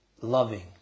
loving